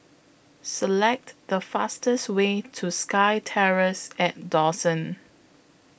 Select The fastest Way to SkyTerrace At Dawson